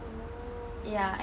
oh